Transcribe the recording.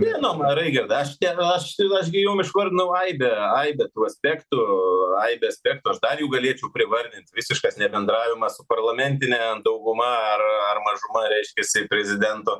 žinoma raigirdai aš tėroš va aš gi jum iš kur nu aibę aibę tų aspektų aibę aspektų aš dar jų galėčiau privardint visiškas nebendravimas su parlamentine dauguma ar ar mažuma reiškiasi prezidento